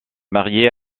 marié